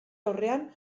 aurrean